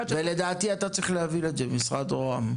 לדעתי אתה צריך להוביל את זה, משרד ראש הממשלה.